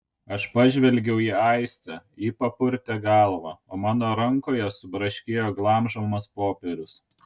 aš pažvelgiau į aistę ji papurtė galvą o mano rankoje subraškėjo glamžomas popierius